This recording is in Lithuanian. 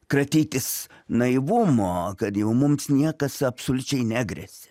kratytis naivumo kad jau mums niekas absoliučiai negresia